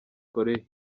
korea